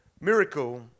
miracle